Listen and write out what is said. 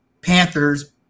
Panthers